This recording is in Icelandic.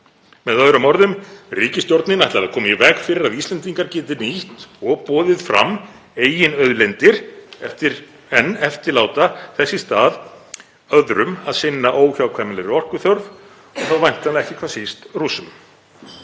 Með öðrum orðum: Ríkisstjórnin ætlar að koma í veg fyrir að Íslendingar geti nýtt og boðið fram eigin auðlindir en eftirláta þess í stað öðrum að sinna óhjákvæmilegri orkuþörf og þá væntanlega ekki hvað síst Rússum.